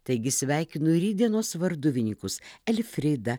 taigi sveikinu rytdienos varduvininkus elfridą